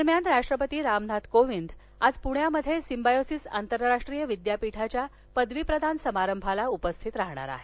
दरम्यान राष्ट्रपती रामनाथ कोविंद आज पुण्यात सिम्बायोसिस आंतरराष्ट्रीय विद्यापीठाच्या पदवी प्रदान समारंभाला उपस्थित राहणार आहेत